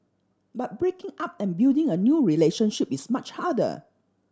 but breaking up and building a new relationship is much harder